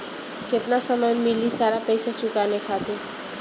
केतना समय मिली सारा पेईसा चुकाने खातिर?